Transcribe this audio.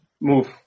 move